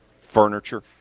Furniture